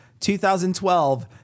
2012